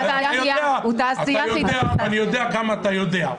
אני יודע כמה אתה יודע.